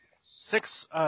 six